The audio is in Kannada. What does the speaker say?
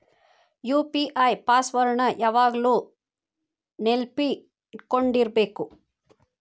ಯು.ಪಿ.ಐ ಪಾಸ್ ವರ್ಡ್ ನ ಯಾವಾಗ್ಲು ನೆನ್ಪಿಟ್ಕೊಂಡಿರ್ಬೇಕು